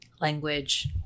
language